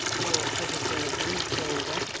or put us in the blue chamber,